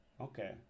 Okay